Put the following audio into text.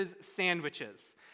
sandwiches